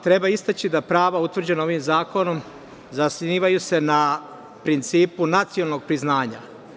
Treba istaći a prava utvrđena ovim zakonom zasnivaju se na principu nacionalnog priznanja.